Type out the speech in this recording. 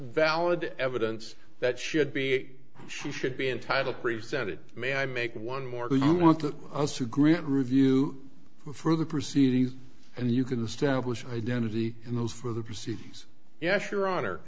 valid evidence that should be she should be entitled presented may i make one more who don't want to grant review for the proceedings and you can stablished identity and those for the proceedings yeah sure honor